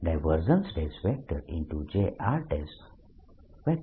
Jr x x|r r|3